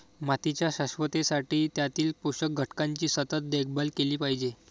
मातीच्या शाश्वततेसाठी त्यातील पोषक घटकांची सतत देखभाल केली पाहिजे